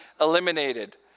eliminated